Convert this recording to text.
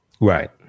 Right